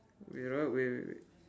wait ah wait wait wait